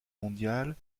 mondiale